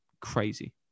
crazy